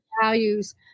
values